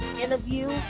interview